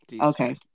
okay